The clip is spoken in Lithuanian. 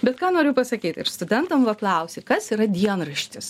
bet ką noriu pasakyt ir studentam va klausi kas yra dienraštis